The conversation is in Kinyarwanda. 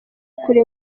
kure